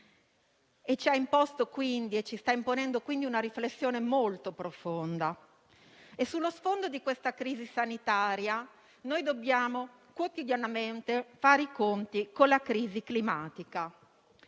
logiche di mercato e ci sta imponendo, quindi, una riflessione molto profonda. Sullo sfondo di questa crisi sanitaria, noi dobbiamo quotidianamente fare i conti con la crisi climatica.